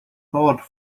thought